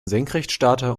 senkrechtstarter